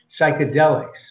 psychedelics